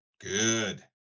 Good